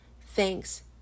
thanks